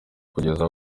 kugeza